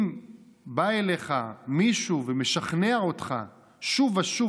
אם בא אליך מישהו ומשכנע אותך שוב ושוב